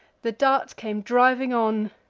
the dart came driving on,